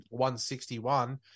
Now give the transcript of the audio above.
161